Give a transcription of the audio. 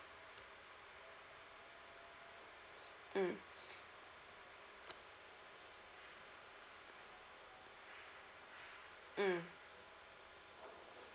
mm mm